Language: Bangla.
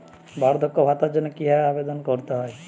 বার্ধক্য ভাতার জন্য কিভাবে আবেদন করতে হয়?